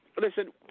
Listen